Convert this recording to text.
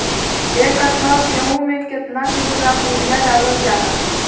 एक कट्टा गोहूँ में केतना किलोग्राम यूरिया डालल जाला?